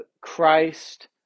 christ